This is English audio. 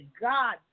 God